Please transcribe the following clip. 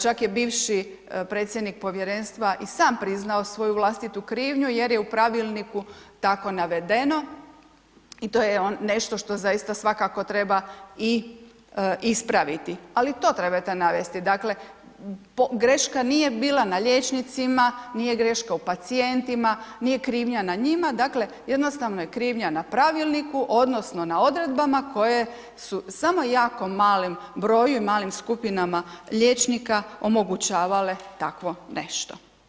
Čak je bivši predsjednik povjerenstva i sam priznao svoju vlastitu krivnju jer je u pravilniku tako navedeno i to je nešto što svakako treba i ispraviti, ali to trebate navesti, dakle, greška nije bila na liječnicima, nije greška u pacijentima, nije krivnja na njima, dakle, jednostavno je krivnja na pravilniku odnosno na odredbama koje su samo jako malom broju i malim skupinama liječnika omogućavale takvo nešto.